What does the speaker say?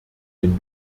den